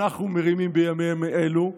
אנחנו מרימים בימים אלה.